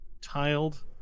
tiled